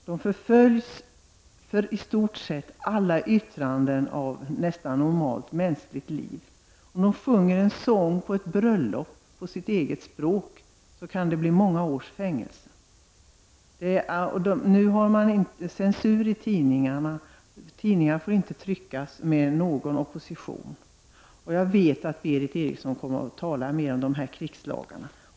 De förföljs för i stort sett alla yttranden av normalt mänskligt liv. Om de sjunger en sång på ett bröllop på sitt eget språk kan det leda till många års fängelse. Nu har man censur i tidningarna, och tidningar som innehåller någon form av opposition får inte tryckas. Jag vet att Berith Eriksson kommer att tala mer om dessa krigslagar.